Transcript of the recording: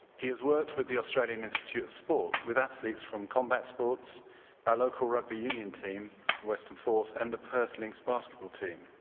he has worked with the australian institute of sport with athletes from combat sports by local rugby union team the western force and a perth lynx basketball team.